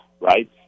Right